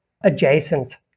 adjacent